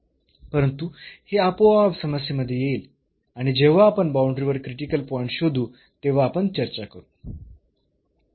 परंतु हे आपोआप समस्येमध्ये येईल आणि जेव्हा आपण बाऊंडरी वर क्रिटिकल पॉईंट्स शोधू तेव्हा आपण चर्चा करू